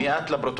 מי את לפרוטוקול?